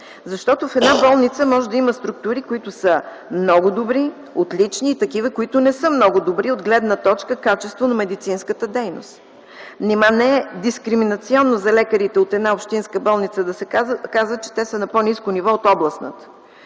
защото в една болница може да има структури, които са много добри, отлични и такива, които не са много добри от гледна точка качество на медицинската дейност. Нима не е дискриминационно за лекарите от една общинска болница да се казва, че те са на по-ниско ниво от областната,